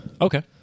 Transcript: Okay